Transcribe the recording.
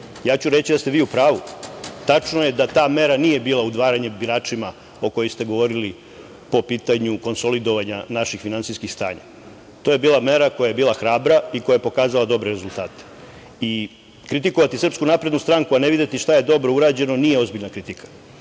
ja ću reći da ste vi u pravu. Tačno je da ta mera nije bila udvaranje biračima o kojoj ste govorili po pitanju konsolidovanja naših finansijskih stanja. To je bila mera koja je bila hrabra i koja je pokazala prave rezultate. Kritikovati SNS, a ne videti šta je dobro urađeno, nije ozbiljna kritika.